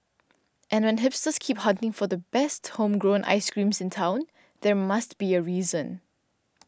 and when hipsters keep hunting for the best homegrown ice creams in town there must be a reason